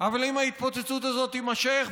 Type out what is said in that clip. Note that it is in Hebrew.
זה כבר לא רק ארגון טרור,